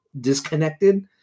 disconnected